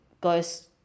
goes